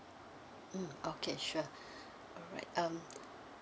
mm okay sure alright um